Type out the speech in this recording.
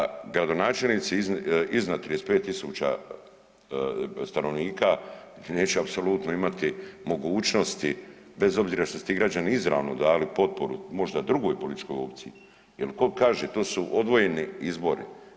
Nevjerojatna da gradonačelnici iznad 35 tisuća stanovnika neće apsolutno imati mogućnosti bez obzira što su ti građani izravno dali potporu možda drugoj političkoj opciji, jer tko kaže to su odvojeni izbori.